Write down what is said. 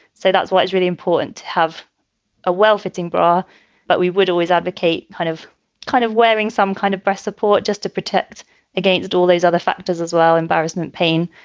so that's what is really important to have a well-fitting bra but we would always advocate kind of kind of wearing some kind of breast support just to protect against all these other factors as well. embarrassment, pain,